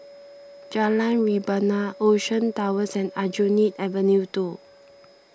Jalan Rebana Ocean Towers and Aljunied Avenue two